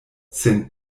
sen